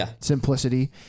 simplicity